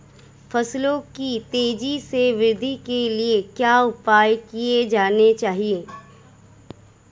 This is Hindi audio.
फसलों की तेज़ी से वृद्धि के लिए क्या उपाय किए जाने चाहिए?